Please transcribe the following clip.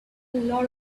lot